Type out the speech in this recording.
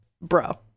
bro